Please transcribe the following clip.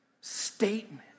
statement